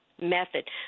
method